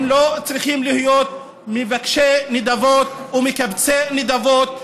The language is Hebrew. הם לא צריכים להיות מבקשי נדבות ומקבצי נדבות.